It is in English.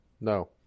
no